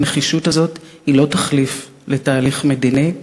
אבל הנחישות הזאת אינה תחליף לתהליך מדיני.